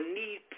need